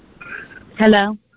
Hello